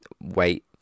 wait